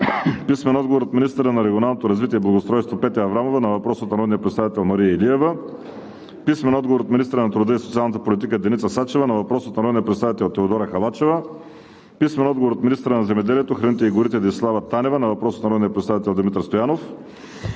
Виолета Желева; - министъра на регионалното развитие и благоустройството Петя Аврамова на въпрос от народния представител Мария Илиева; - министъра на труда и социалната политика Деница Сачева на въпрос от народния представител Теодора Халачева; - министъра на земеделието храните и горите Десислава Танева на въпрос от народния представител Димитър Стоянов;